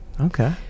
Okay